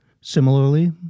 Similarly